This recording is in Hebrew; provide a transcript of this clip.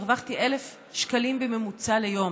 הרווחתי 1,000 שקלים בממוצע ליום,